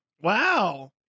Wow